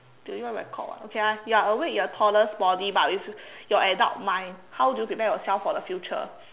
they even record [what] okay ah you are awake in a toddler's body but with your adult mind how do you prepare yourself for the future